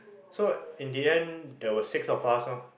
so in the end there were six of us lor